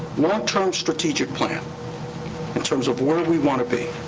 long-term strategic plan in terms of where we wanna be.